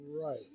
Right